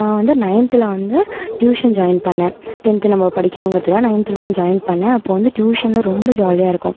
நான் வந்து நயன்த்தில் வந்து டியூஷன் ஜாயின் பண்ணிணேன் டென்த்து நம்ம படிக்கணுங்கிறதுக்காக நயன்த்தில்தான் ஜாயின் பண்ணிணேன் அப்போ வந்து டியூஷனில் ரொம்ப ஜாலியாக இருக்கும்